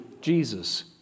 Jesus